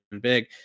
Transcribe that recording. big